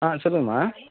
ஆ சொல்லுங்கம்மா